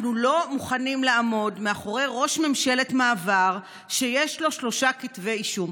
אנחנו לא מוכנים לעמוד מאחורי ראש ממשלת מעבר שיש לו שלושה כתבי אישום.